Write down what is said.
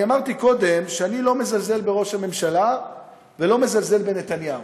אני אמרתי קודם שאני לא מזלזל בראש הממשלה ולא מזלזל בנתניהו.